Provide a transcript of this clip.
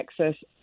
Texas